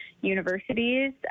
universities